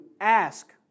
ask